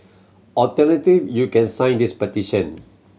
alternative you can sign this petition